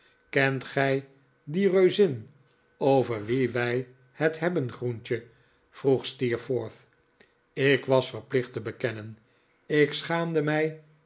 kent gij die reuzin over wie wij het hebben groentje vroeg steerforth ik was verp licht te bekennen ik schaamde mij